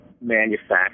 manufacture